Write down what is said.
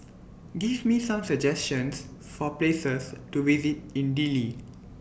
Give Me Some suggestions For Places to visit in Dili